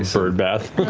bird bath.